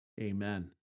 Amen